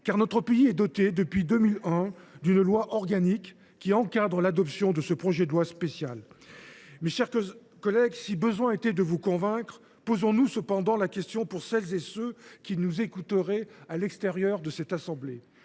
car notre pays est doté depuis 2001 d’une loi organique qui encadre l’adoption de ce projet de loi spéciale. Mes chers collègues, je n’ai nul besoin de vous convaincre. Mais posons nous la question pour celles et pour ceux qui nous écouteraient depuis l’extérieur de notre assemblée